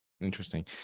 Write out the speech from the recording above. Interesting